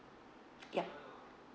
yup